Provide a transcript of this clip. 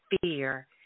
fear